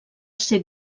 ser